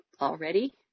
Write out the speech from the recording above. already